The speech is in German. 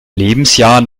lebensjahr